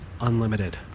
unlimited